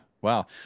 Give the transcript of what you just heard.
Wow